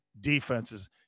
defenses